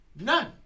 None